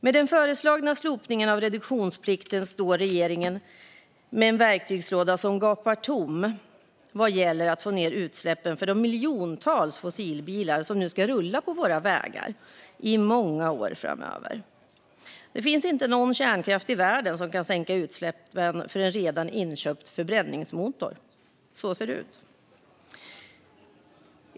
Med det föreslagna slopandet av reduktionsplikten står regeringen med en verktygslåda som gapar tom vad gäller att få ned utsläppen från de miljontals fossilbilar som nu ska rulla på våra vägar i många år framöver. Ingen kärnkraft i världen kan sänka utsläppen från en redan inköpt förbränningsmotor. Så ser det ut.